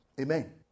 Amen